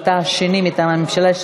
ואתה השני מטעם הממשלה,